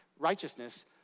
Righteousness